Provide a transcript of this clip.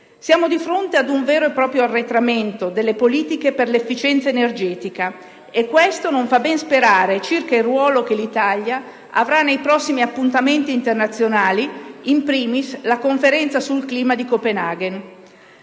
di fronte ad un vero e proprio arretramento delle politiche per l'efficienza energetica e questo non fa ben sperare circa il ruolo che l'Italia avrà nei prossimi appuntamenti internazionali, *in primis* la Conferenza sul clima di Copenhagen.